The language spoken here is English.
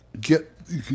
get